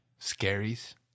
scaries